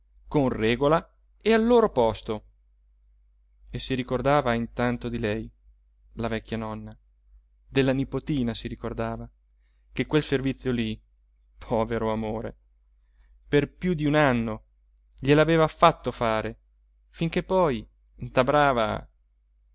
con regola e al loro posto e si ricordava intanto di lei la vecchia nonna della nipotina si ricordava che quel servizio lì povero amore per più d'un anno gliel'aveva fatto fare finché poi da brava